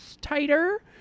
tighter